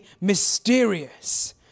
mysterious